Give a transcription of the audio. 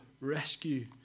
rescue